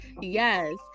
Yes